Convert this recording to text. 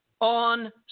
on